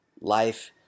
life